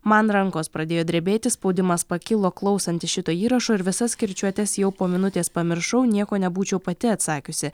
man rankos pradėjo drebėti spaudimas pakilo klausantis šito įrašo ir visas kirčiuotes jau po minutės pamiršau nieko nebūčiau pati atsakiusi